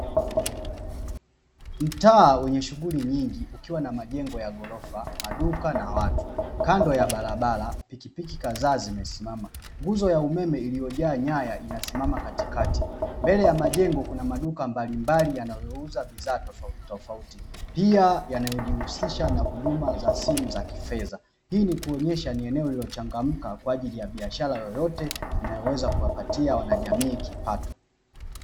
Watu wengi ambao ni wakulima wakipakia Zao la kibiashara ambalo ni viazi mbatata katika mifuko ya viroba ili kupakia kwenye gari Kwa ajili ya kusafirishwa kwenda sokoni kuuzwa